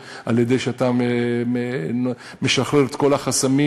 על-ידי זה שאתה משחרר את כל החסמים,